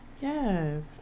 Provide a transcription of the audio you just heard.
Yes